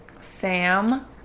Sam